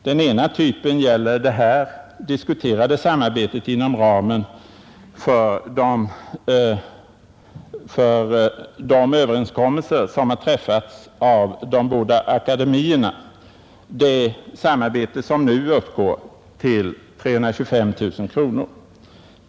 Den ena typen gäller det här diskuterade samarbetet inom ramen för de överenskommelser som har träffats av de båda akademierna — det som nu uppgår till omkring 325 000 kronor.